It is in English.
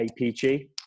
APG